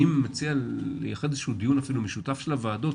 אני מציע לייחד איזה שהוא דיון משותף של הוועדות,